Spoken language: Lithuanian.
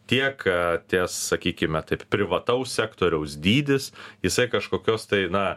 tiek tie sakykime taip privataus sektoriaus dydis jisai kažkokios tai na